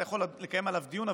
אתה יכול לקיים עליו דיון,